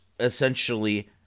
essentially